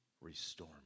restore